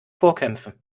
vorkämpfen